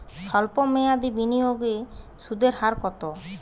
সল্প মেয়াদি বিনিয়োগে সুদের হার কত?